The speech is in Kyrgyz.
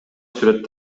сүрөт